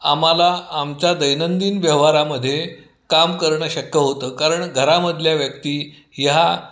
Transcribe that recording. आम्हाला आमच्या दैनंदिन व्यवहारामध्ये काम करणं शक्य होतं कारण घरामधल्या व्यक्ती ह्या